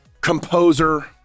composer